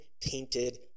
tainted